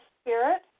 spirit